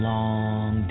Long